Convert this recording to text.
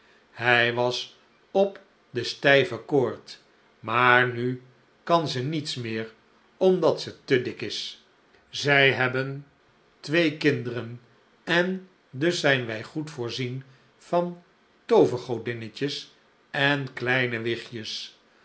zij was op de stijve koord maar nu kan ze niets meer omdat ze te dik is zij hebben twee kinderen en dus zijn wij goed voorzien van toovergodinnetjes en kleine wichtjes